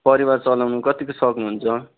परिवार चलाउनु कत्तिको सक्नुहुन्छ